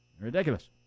Ridiculous